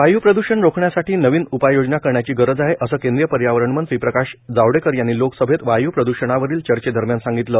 वाय्प्रद्वषण रोखण्यासाठी नवीन उपाययोजना करण्याची गरज आहे असं केंद्रीय पर्यावरणमंत्री प्रकाश जावडेकर यांनी लोकसभेत वायू प्रदूषणावरील चर्चेदरम्यान सांगितलं